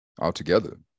altogether